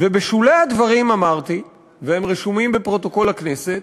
ובשולי הדברים, והם רשומים ב"דברי הכנסת"